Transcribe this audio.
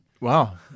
Wow